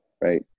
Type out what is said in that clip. right